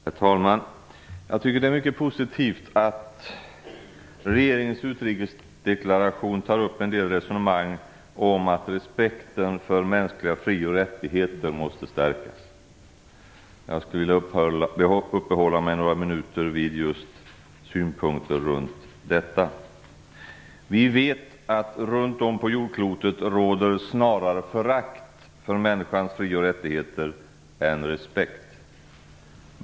Herr talman! Jag tycker att det är mycket positivt att regeringens utrikesdeklaration tar upp en del resonemang om att respekten för mänskliga fri och rättigheter måste stärkas. Jag skulle vilja uppehålla mig några minuter vid just synpunkter runt detta. Vi vet att runt om på jordklotet råder snarare förakt för människans fri och rättigheter än respekt.